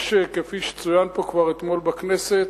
כפי שצוין פה כבר אתמול בכנסת,